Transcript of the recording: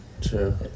true